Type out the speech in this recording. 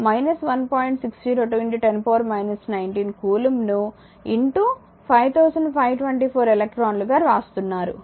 602 10 19 coulomb ను 5524 ఎలక్ట్రాన్లు గా వ్రాస్తున్నారు